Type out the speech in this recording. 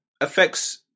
Affects